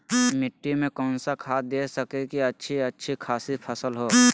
मिट्टी में कौन सा खाद दे की अच्छी अच्छी खासी फसल हो?